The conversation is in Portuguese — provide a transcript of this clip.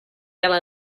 ela